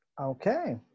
Okay